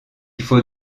faut